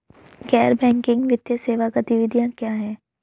गैर बैंकिंग वित्तीय सेवा गतिविधियाँ क्या हैं?